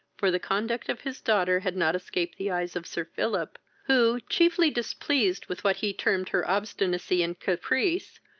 for the conduct of his daughter had not escaped the eyes of sir philip, who, chiefly displeased with what he termed her obstinacy and caprice,